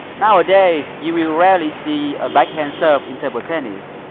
nowadays, you will rarely see a backhand serve in table tennis.